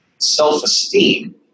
self-esteem